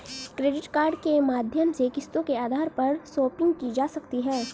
credit card के माध्यम से किस्तों के आधार पर शापिंग की जा सकती है